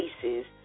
Faces